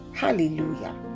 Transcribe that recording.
Hallelujah